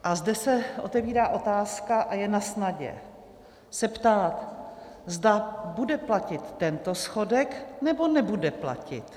A zde se otevírá otázka a je nasnadě se ptát, zda bude platit tento schodek, nebo nebude platit.